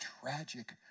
tragic